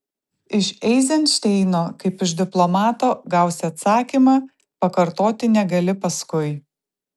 iš eizenšteino kaip iš diplomato gausi atsakymą pakartoti negali paskui